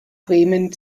bremen